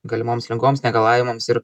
galimoms ligoms negalavimams ir